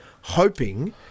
hoping